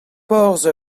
porzh